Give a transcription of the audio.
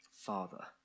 Father